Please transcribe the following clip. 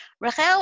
Rachel